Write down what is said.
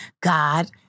God